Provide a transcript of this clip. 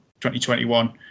2021